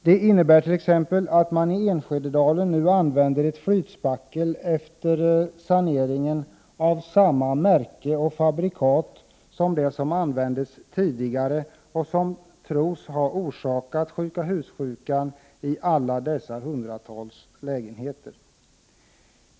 Det innebär t.ex. att man i Enskededalen efter saneringen nu använder ett flytspackel av samma märke och fabrikat som det som används tidigare och som tros ha orsakat sjuka hus-sjukan i alla dessa hundratals lägenheter.